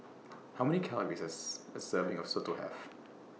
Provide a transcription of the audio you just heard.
How Many Calories Does A Serving of Soto Have